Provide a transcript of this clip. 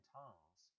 tongues